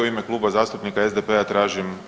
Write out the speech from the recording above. U ime Kluba zastupnika SDP-a tražim